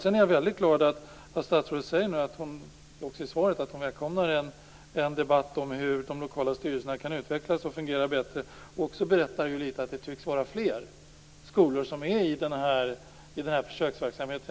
Jag är också mycket glad åt det statsrådet säger i svaret, att hon välkomnar en debatt om hur de lokala styrelserna kan utvecklas och fungera bättre. Hon berättar även att det tycks vara fler skolor som ingår i den här försöksverksamheten.